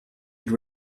had